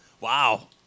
Wow